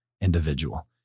individual